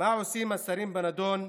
מה עושים השרים בנדון?